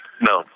No